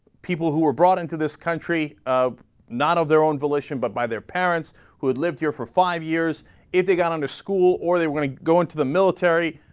people who were brought into this country of not of their own volition but by their parents who'd lived here for five years if they got under school or they weren't going to the military